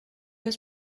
was